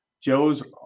Joe's